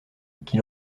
qui